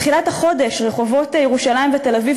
בתחילת החודש רחובות ירושלים ותל-אביב